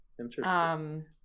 Interesting